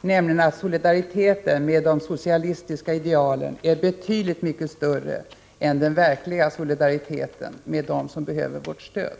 nämligen att solidariteten med de socialistiska idealen är betydligt mycket större än solidariteten med dem som behöver vårt stöd.